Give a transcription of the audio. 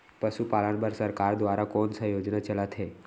पशुपालन बर सरकार दुवारा कोन स योजना चलत हे?